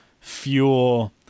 fuel